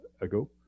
ago